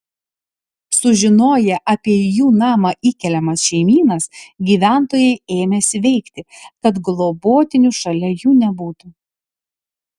sužinoję apie į jų namą įkeliamas šeimynas gyventojai ėmėsi veikti kad globotinių šalia jų nebūtų